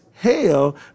hell